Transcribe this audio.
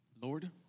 Lord